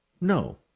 No